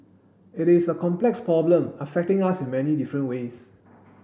it is a complex problem affecting us in many different ways